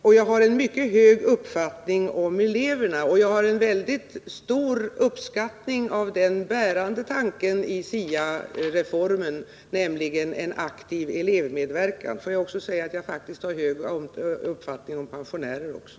Jag har också en mycket hög uppfattning om eleverna, och jag känner en väldigt stor uppskattning för den bärande tanken i SIA-reformen, nämligen en aktiv elevmedverkan. Dessutom vill jag säga att jag faktiskt har en hög uppfattning om pensionärer också.